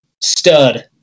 Stud